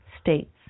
states